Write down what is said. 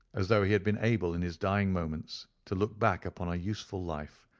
as though he had been able in his dying moments to look back upon a useful life,